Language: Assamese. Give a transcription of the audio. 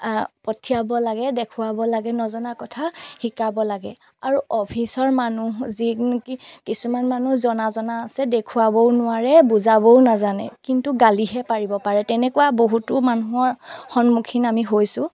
পঠিয়াব লাগে দেখুৱাব লাগে নজনা কথা শিকাব লাগে আৰু অফিচৰ মানুহ যি নেকি কিছুমান মানুহ জনা জনা আছে দেখুৱাবও নোৱাৰে বুজাবও নাজানে কিন্তু গালিহে পাৰিব পাৰে তেনেকুৱা বহুতো মানুহৰ সন্মুখীন আমি হৈছোঁ